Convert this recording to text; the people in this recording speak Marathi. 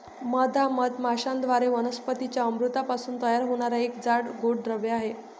मध हा मधमाश्यांद्वारे वनस्पतीं च्या अमृतापासून तयार होणारा एक जाड, गोड द्रव आहे